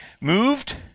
moved